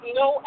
no